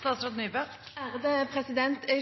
Jeg